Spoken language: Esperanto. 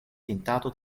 tintado